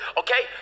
okay